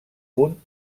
punt